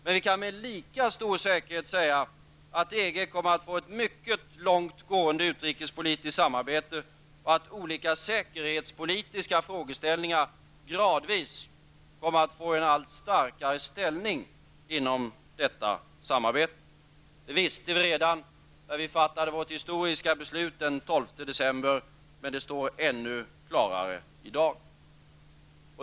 Men vi kan med lika stor säkerhet säga att EG kommer att få ett mycket långt gående utrikespolitiskt samarbete, och att olika säkerhetspolitiska frågor gradvis kommer att få en allt starkare ställning genom detta samarbete. Detta visste vi redan när vi fattade vårt historiska beslut den 12 december 1990, men det står ännu klarare i dag.